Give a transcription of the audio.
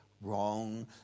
wrong